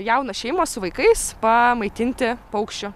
jaunos šeimos su vaikais pa maitinti paukščių